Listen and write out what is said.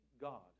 God